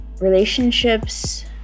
relationships